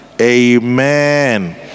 Amen